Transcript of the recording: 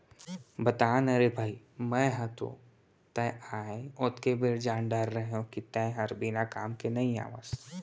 बता ना रे भई मैं हर तो तैं आय ओतके बेर जान डारे रहेव कि तैं हर बिना काम के नइ आवस